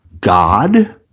God